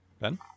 Ben